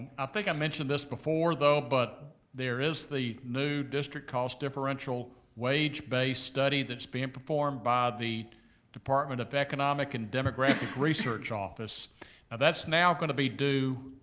i think i mentioned this before though, but there is the new district cost differential wage-based study that's being performed by the department of economic and demographic research office, now that's now gonna be due